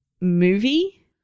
movie